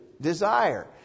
desire